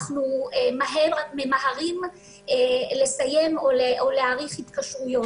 אנחנו ממהרים לסיים או להאריך התקשרויות.